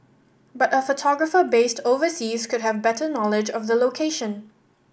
but a photographer based overseas could have better knowledge of the location